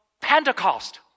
Pentecost